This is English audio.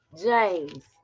James